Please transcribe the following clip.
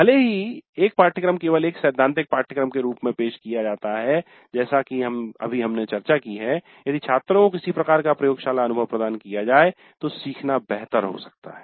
भले ही एक पाठ्यक्रम केवल एक सैद्धांतिक पाठ्यक्रम के रूप में पेश किया जाता है जैसा कि अभी हमने चर्चा की है यदि छात्रों को किसी प्रकार का प्रयोगशाला अनुभव प्रदान किया जाए तो सीखना बेहतर हो सकता है